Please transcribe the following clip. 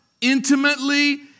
intimately